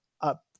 up